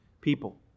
people